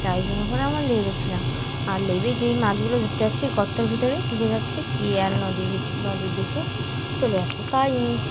তাই জন্য করে আমরা নেবে ছিলাম আর নেবে যেই মাছগুলো ধরতে যাচ্ছি গর্তের ভিতরে ঢুকে যাচ্ছে গিয়ে আর নদীর ভেতরে নদীর দিকে চলে যাচ্ছে তাই